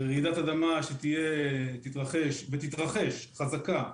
רעידת אדמה שתתרחש, ותתרחש, חזקה,